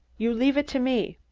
you leave it to me!